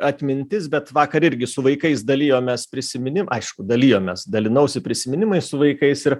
atmintis bet vakar irgi su vaikais dalijomės prisiminim aišku dalijomės dalinausi prisiminimais su vaikais ir